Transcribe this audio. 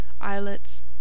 islets